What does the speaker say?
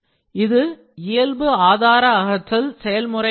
இது இயல்பு ஆதார அகற்றல் செயல்முறையாகும்